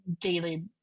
daily